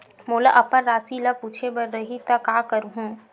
मोला अपन राशि ल पूछे बर रही त का करहूं?